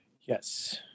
Yes